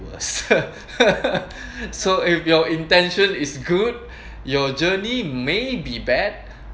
so if your intention is good your journey maybe bad